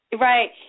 Right